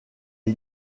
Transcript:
est